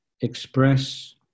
express